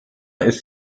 ist